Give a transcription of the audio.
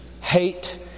hate